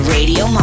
Radio